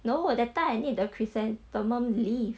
no that time I need the chrysanthemum leaves